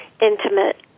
intimate